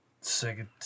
second